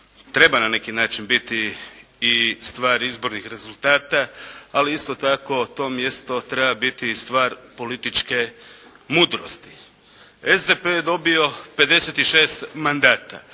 treba na neki način biti i stvar izbornog rezultata, ali isto tako to mjesto treba biti i stvar političke mudrosti. SDP je dobio 56 mandata,